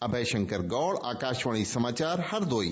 अभय शंकर गौड़ आकाशवाणी समाचार हरदोई